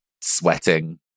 Sweating